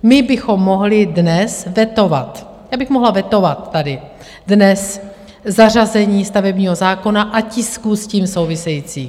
My bychom mohli dnes vetovat, já bych mohla vetovat tady dnes zařazení stavebního zákona a tisku s tím souvisejícího.